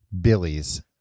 Billy's